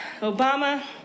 Obama